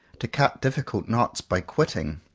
to cut difficult knots by quitting,